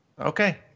okay